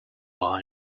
are